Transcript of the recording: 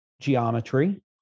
geometry